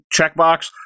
checkbox